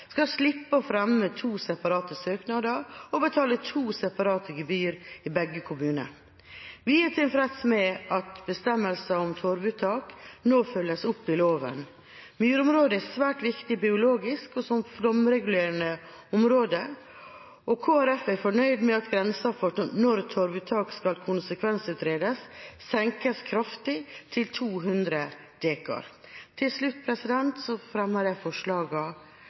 skal slippe å fremme to separate søknader og betale to separate gebyrer i begge kommunene. Vi er tilfreds med at bestemmelser for torvuttak nå følges opp i loven. Myrområder er svært viktig biologisk og som flomregulerende område, og Kristelig Folkeparti er fornøyd med at grensen for når torvuttak skal konsekvensutredes, senkes kraftig, til 200 dekar. Til slutt fremmer jeg